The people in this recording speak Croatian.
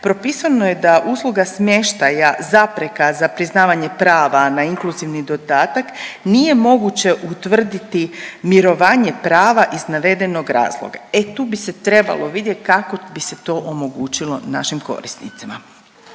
propisano je da usluga smještaja zapreka za priznavanje prava na inkluzivni dodatak nije moguće utvrditi mirovanjem prava iz navedenog razloga. E tu bi se trebalo vidjet kako bi se to omogućilo našim korisnicima.